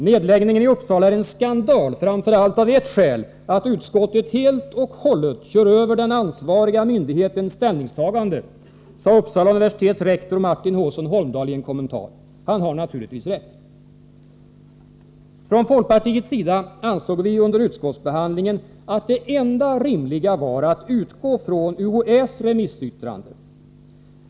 ”Nedläggningen i Uppsala är en skandal framför allt av ett skäl: att utskottet helt och hållet kör över den ansvariga myndighetens ställningstagande”, sade Uppsala universitets rektor Martin H:son Holmdal i en kommentar. Han har naturligtvgis rätt. Från folkpartiets sida ansåg vi under utskottsbehandlingen att det enda rimliga var att utgå från UHÄ:s remissyttrande.